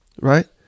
right